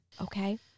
Okay